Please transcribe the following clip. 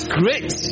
great